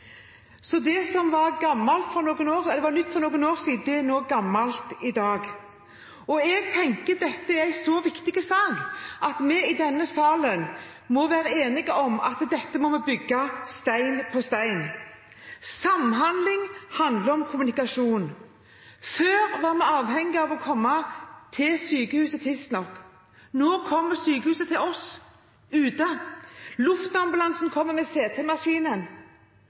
så det som var nytt for noen år siden, er gammelt i dag. Jeg tenker at dette er en så viktig sak at vi i denne salen må være enige om at dette må vi bygge stein på stein. Samhandling handler om kommunikasjon. Før var vi avhengige av å komme til sykehuset tidsnok. Nå kommer sykehuset til oss. Luftambulansen kommer med